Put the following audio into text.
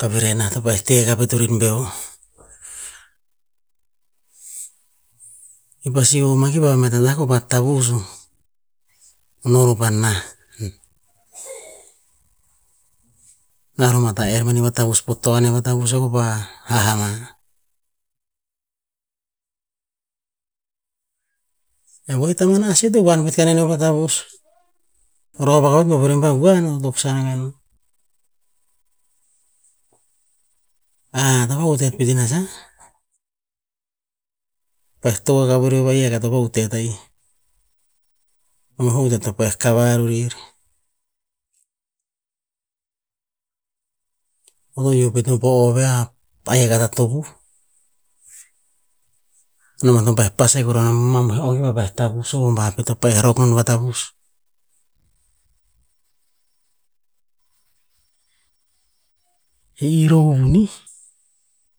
kavireh nah to pa'eh te akah turin veo. I pasi hop mata laki kopah tavus o, no roh pa nah, nah roh ma ta er mani vatavus po toan neh vatavus a vava ha'ama. E oeh itaman ase to huan pet kaneneo vatavus, rov akah pet boh vuren pa uan, toksan akah no. to va'utet pet inah sa, pa'eh tok akah vurio va'ih, to vahutet pet inah sa. Mamoih vahutet to pa-eh kavav vurer. Eo to ioh pet no po o veh ahik akah ta tonih, namban o pa-eh pas ahik vur a manoih o kir pa tavus. O homba pet to pa-eh rok non vatavus, e ih rohv vunih.